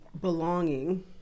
belonging